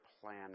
plan